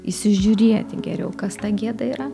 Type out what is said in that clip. įsižiūrėti geriau kas ta gėda yra